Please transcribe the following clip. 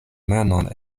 manon